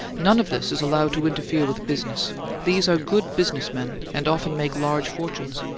none of this is allowed to interfere with business these are good business men, and often make large fortunes.